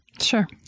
Sure